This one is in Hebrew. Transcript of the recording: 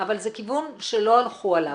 אבל זה כיוון שלא הלכו עליו.